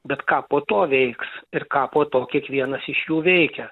bet ką po to veiks ir ką po to kiekvienas iš jų veikia